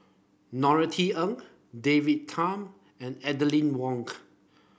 Norothy Ng David Tham and Aline Wonk